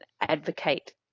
advocate